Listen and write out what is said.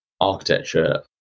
architecture